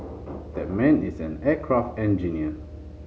that man is an aircraft engineer